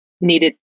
needed